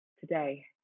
today